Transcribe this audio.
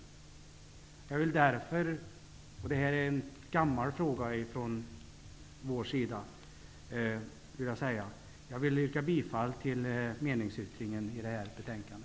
Jag vill framhålla att det här är en gammal fråga från vår sida. Jag yrkar bifall till meningsyttringen i detta betänkande.